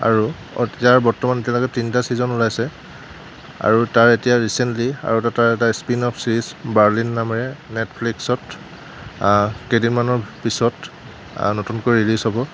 আৰু বৰ্তমান এতিয়ালৈকে তিনিটা চিজন ওলাইছে আৰু তাৰ এতিয়া ৰিচেণ্টলি আৰু তাৰ এটা স্পিন অফ চিৰিছ বাৰলিন নামেৰে নেটফ্লিক্সত কেইদিনমানৰ পাছত নতুনকৈ ৰিলিচ হ'ব